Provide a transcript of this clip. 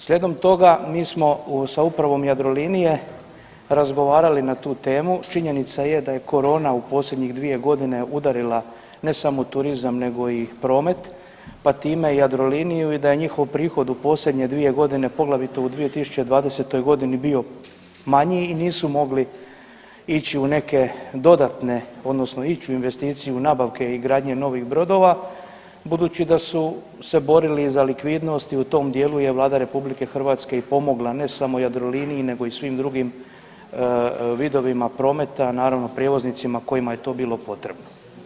Slijedom toga mi smo sa Upravom Jadrolinije razgovarali na tu temu, činjenica je da je korona u posljednjih dvije godine udarila ne samo turizam nego i promet pa time i Jadroliniju i da je njihov prihod u posljednje dvije godine poglavito u 2020.g. bio manji i nisu mogli ići u neke dodatne odnosno ići u investiciju nabavke i gradnje novih brodova, budući da su se borili za likvidnost i u tom dijelu je Vlada RH i pomogla ne samo Jadroliniji nego i svim drugim vidovima prometa, naravno prijevoznicima kojima je to bilo potrebno.